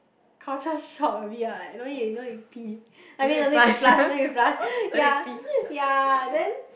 culture shock a bit lah like don't need to don't need to pee I mean no need to flush don't need to flush ya ya then